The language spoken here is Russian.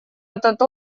этот